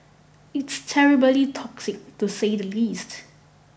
it's terribly toxic to say the least